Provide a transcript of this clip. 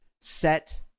set